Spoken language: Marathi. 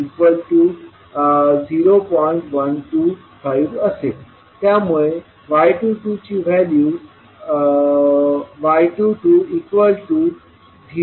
125असेल त्यामुळे y22ची व्हॅल्यू y22 0